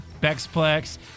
Bexplex